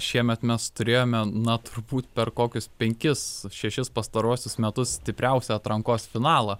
šiemet mes turėjome na turbūt per kokius penkis šešis pastaruosius metus stipriausią atrankos finalą